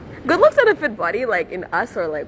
good looks or a fit body like in us or like